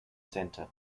centre